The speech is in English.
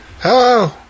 hello